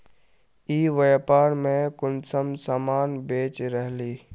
ई व्यापार में कुंसम सामान बेच रहली?